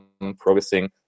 progressing